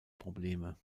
probleme